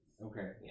Okay